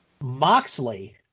moxley